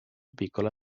piccola